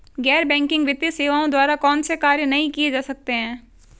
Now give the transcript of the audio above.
गैर बैंकिंग वित्तीय सेवाओं द्वारा कौनसे कार्य नहीं किए जा सकते हैं?